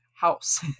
house